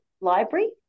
library